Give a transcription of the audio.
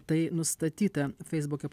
tai nustatyta feisbuke